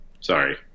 Sorry